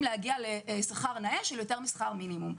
להגיע לשכר נאה של יותר משכר מינימום.